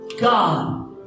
God